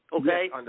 okay